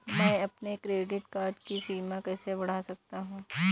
मैं अपने credit card की सीमा कैसे बढ़ा सकता हूँ?